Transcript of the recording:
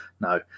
No